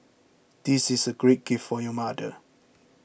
this is a great gift for your mother